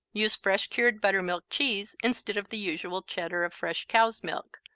use fresh-cured buttermilk cheese, instead of the usual cheddar of fresh cow's milk.